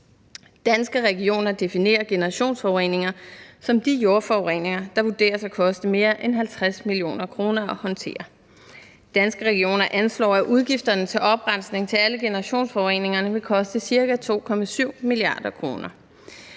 Danske Regioner definerer generationsforureninger som de jordforureninger, der vurderes at koste mere end 50 mio. kr. at håndtere. Danske Regioner anslår, at udgifterne til oprensning til alle generationsforureningerne vil koste cirka 2,7 mia. kr.